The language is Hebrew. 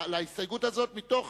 להסתייגות הזאת מתוך